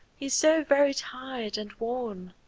he is so very tired and worn.